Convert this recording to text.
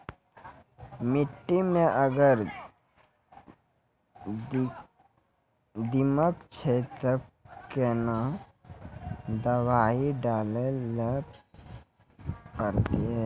मिट्टी मे अगर दीमक छै ते कोंन दवाई डाले ले परतय?